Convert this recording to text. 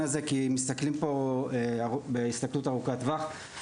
הזה כי מסתכלים פה בהסתכלות ארוכת טווח.